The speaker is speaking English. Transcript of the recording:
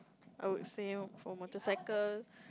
I would say for motorcycle